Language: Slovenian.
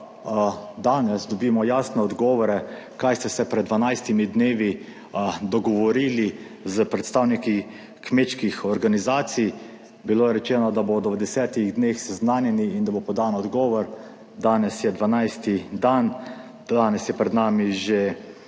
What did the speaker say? – 15.15 (Nadaljevanje) kaj ste se pred 12-mi dnevi dogovorili s predstavniki kmečkih organizacij. Bilo je rečeno, da bodo v 10-ih dneh seznanjeni in da bo podan odgovor, danes je 12. dan, danes je pred nami že